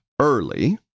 early